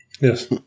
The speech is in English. yes